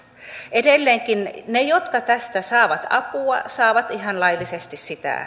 edelleenkin ne ne jotka tästä saavat apua saavat ihan laillisesti sitä